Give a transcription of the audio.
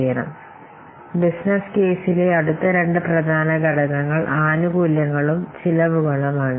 രണ്ട് പ്രധാന ഘടകങ്ങൾ ഞാൻ ഇതിനകം നിങ്ങളോട് പറഞ്ഞതുപോലെ ബിസിനസ്സ് കേസിലെ രണ്ട് പ്രധാന ഉള്ളടക്കങ്ങൾ ആനുകൂല്യങ്ങളും ചെലവുകളും ആണ്